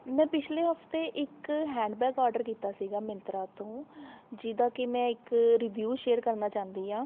ਮੈਂ ਪਿਛਲੇ ਹਫ਼ਤੇ ਇੱਕ ਹੈਂਡਬੈਗ ਔਡਰ ਕੀਤਾ ਸੀਗਾ ਮਿੰਤਰਾ ਤੋਂ ਜਿਹਦਾ ਕਿ ਮੈਂ ਇੱਕ ਰਿਵਿਉ ਸ਼ੇਅਰ ਕਰਨਾ ਚਾਹੁੰਦੀ ਹਾਂ